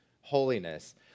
holiness